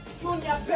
Junior